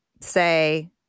say